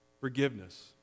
Forgiveness